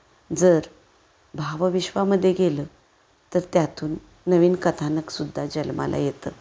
जर भावविश्वामध्ये गेलं तर त्यातून नवीन कथानकसुद्धा जन्माला येतं